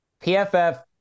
pff